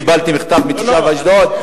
קיבלתי מכתב מתושב אשדוד.